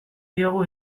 diogu